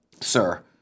Sir